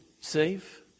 safe